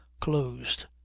closed